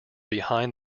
behind